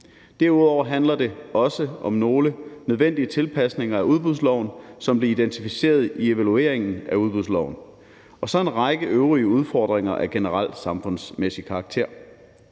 Derudover handler det om nogle nødvendig tilpasninger af udbudsloven, som blev identificeret i evalueringen af udbudsloven, samt en række øvrige udfordringer af generel samfundsmæssig karakter.